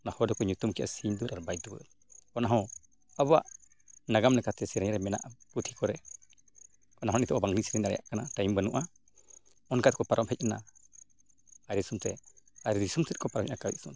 ᱚᱱᱟ ᱦᱚᱨ ᱫᱚᱠᱚ ᱧᱩᱛᱩᱢ ᱠᱮᱜᱼᱟ ᱥᱤᱧ ᱫᱩᱣᱟᱹᱨ ᱟᱨ ᱵᱟᱭ ᱫᱩᱣᱟᱹᱨ ᱚᱱᱟᱦᱚᱸ ᱟᱵᱚᱣᱟᱜ ᱱᱟᱜᱟᱢ ᱞᱮᱠᱟᱛᱮ ᱥᱮᱨᱮᱧ ᱨᱮ ᱢᱮᱱᱟᱜᱼᱟ ᱯᱩᱛᱷᱤ ᱠᱚᱨᱮᱜ ᱚᱱᱟ ᱦᱚᱸ ᱱᱤᱛᱚᱜ ᱵᱟᱝᱞᱤᱧ ᱥᱮᱱ ᱫᱟᱲᱮᱭᱟᱜ ᱠᱟᱱᱟ ᱴᱟᱹᱭᱤᱢ ᱵᱟᱹᱱᱩᱜᱼᱟ ᱚᱱᱠᱟ ᱛᱮᱠᱚ ᱯᱟᱨᱚᱢ ᱦᱮᱡ ᱮᱱᱟ ᱟᱭᱨᱮ ᱫᱤᱥᱚᱢ ᱛᱮ ᱟᱭᱨᱮ ᱫᱤᱥᱚᱢ ᱛᱮᱠᱚ ᱯᱟᱨᱚᱢ ᱦᱮᱡ ᱱᱟ ᱟᱭᱨᱮ ᱫᱤᱥᱚᱢ ᱛᱮ